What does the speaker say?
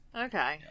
Okay